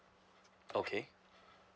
okay